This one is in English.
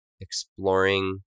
exploring